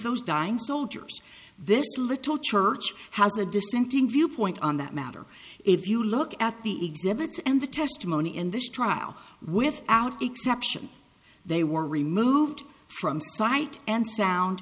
those dying soldiers this little church has a dissenting viewpoint on that matter if you look at the exhibits and the testimony in this trial without exception they were removed from sight and